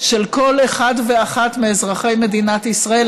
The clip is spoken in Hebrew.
של כל אחד ואחת מאזרחי מדינת ישראל,